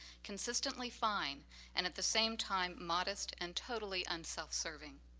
consistently fine and at the same time modest and totally unselfserving